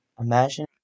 Imagine